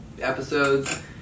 episodes